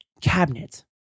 cabinet